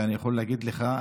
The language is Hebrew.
ואני יכול להגיד לך,